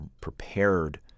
prepared